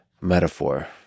metaphor